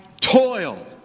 toil